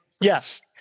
Yes